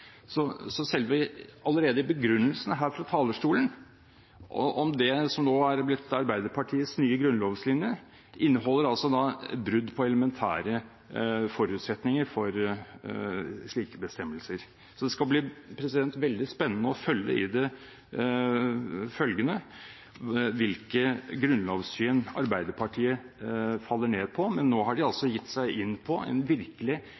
Begrunnelsen fra talerstolen om det som er blitt Arbeiderpartiets nye grunnlovslinje, inneholder brudd på elementære forutsetninger for slike bestemmelser. Det skal i det følgende bli veldig spennende å følge hvilket grunnlovssyn Arbeiderpartiet faller ned på. Nå har de altså gitt seg inn på en virkelig